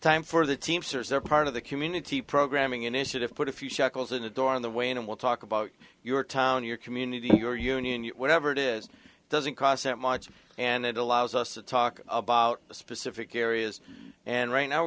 time for the teamsters they're part of the community programming initiative put a few shekels in the door on the way in and we'll talk about your town your community your union whatever it is doesn't cost that much and it allows us to talk about specific areas and right now we're